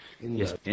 Yes